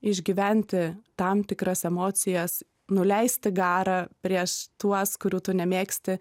išgyventi tam tikras emocijas nuleisti garą prieš tuos kurių tu nemėgsti